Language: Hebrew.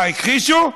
אה, הכחישו?